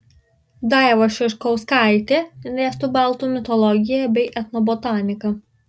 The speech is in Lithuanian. daiva šeškauskaitė dėsto baltų mitologiją bei etnobotaniką